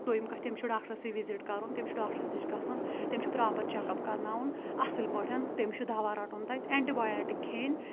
دویِم کَتھ تٔمِس چھُ ڈاکٹرسے وِزِٹ کَرُن تٔمِس چھُ ڈاکٹرَس نِش گَژھن تٔمِس چھُ پرٛاپَر چیک اپ کَرناوُن اصٕل پٲٹھۍ تٔمِس چھُ دَوا رَٹُن تتہِ اینٹِبَیاٹِک کھیٚنۍ